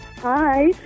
Hi